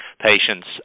patients